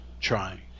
trying